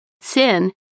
Sin